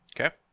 Okay